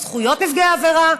זכויות נפגעי עבירה,